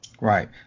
Right